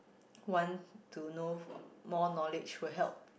want to know more knowledge who help